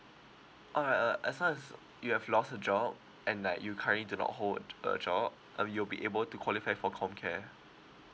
all right uh as long as you have lost your job and like you currently do not hold a a job uh you'll be able to qualify for comcare